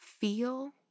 feel